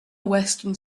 weston